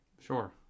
Sure